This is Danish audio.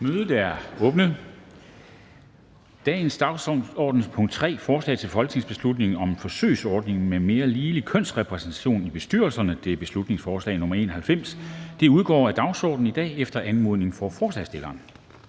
Mødet er åbnet. Dagsordenens punkt 3, forslag til folketingsbeslutning om en forsøgsordning med mere ligelig kønsrepræsentation i bestyrelser, beslutningsforslag nr. B 91, udgår af dagsordenen i dag efter anmodning fra forslagsstillerne.